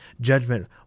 Judgment